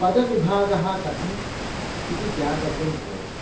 पदविभागः कथम् इति ज्ञातव्यं भवति